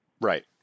Right